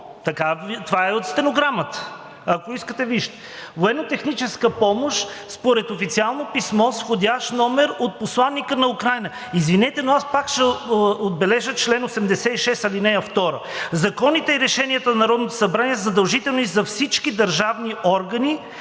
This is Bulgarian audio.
(Показва стенограмата.) Ако искате, вижте. „Военнотехническа помощ според официално писмо с входящ номер от посланика на Украйна“. Извинете, но аз пак ще отбележа чл. 86, ал. 2: „Законите и решенията на Народното събрание са задължителни за всички държавни органи,